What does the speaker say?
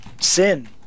sin